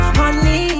honey